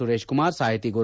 ಸುರೇಶ್ ಕುಮಾರ್ ಸಾಹಿತಿ ಗೊ